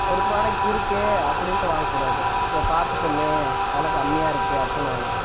ஒரு ஃப்ராடெக்ட் இருக்கே அப்படின்ட்டு வாங்கக் கூடாது இதை பார்த்துட்டமே விலை கம்மியாக இருக்கே அப்படின்னு வாங்கக் கூடாது